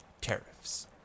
tariffs